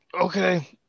okay